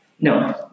No